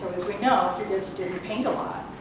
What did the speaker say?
as we know, he just didn't paint a lot.